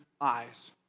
eyes